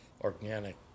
organic